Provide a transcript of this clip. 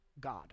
God